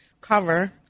cover